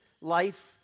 life